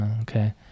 okay